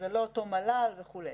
זה לא אותו מל"ל וכו'.